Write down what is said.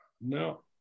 No